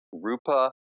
Rupa